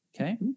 okay